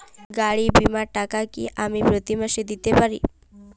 গাড়ী বীমার টাকা কি আমি প্রতি মাসে দিতে পারি?